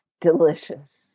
Delicious